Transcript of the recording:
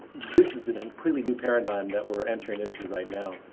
this is an completely new paradigm that we're entering into right now.